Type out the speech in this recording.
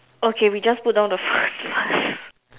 okay we just put down the first line